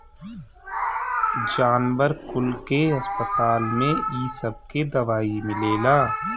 जानवर कुल के अस्पताल में इ सबके दवाई मिलेला